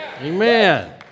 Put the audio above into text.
Amen